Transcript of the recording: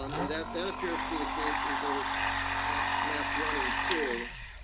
um and that that appears to be the case in both ah map one and two,